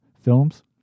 films